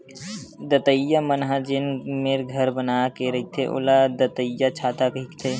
दतइया मन ह जेन मेर घर बना के रहिथे ओला दतइयाछाता कहिथे